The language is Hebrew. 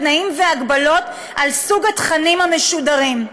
תנאים והגבלות על סוג התכנים המשודרים?